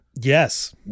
Yes